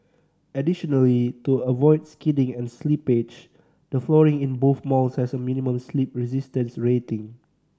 additionally to avoid skidding and slippage the flooring in both malls has a minimum slip resistance rating